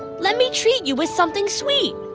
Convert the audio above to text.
let me treat you with something sweet.